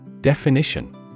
Definition